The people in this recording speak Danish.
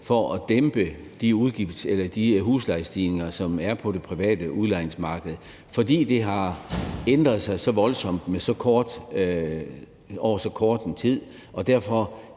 for at dæmpe de huslejestigninger, som der er på det private udlejningsmarked, fordi det har ændret sig så voldsomt over så kort en tid og derfor